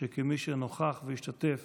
שכמי שנכח והשתתף